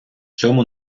цьому